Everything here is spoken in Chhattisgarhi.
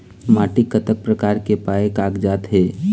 माटी कतक प्रकार के पाये कागजात हे?